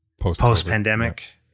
post-pandemic